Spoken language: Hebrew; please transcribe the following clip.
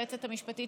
היועצת המשפטית